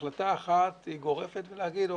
החלטה אחת היא גורפת ולהגיד,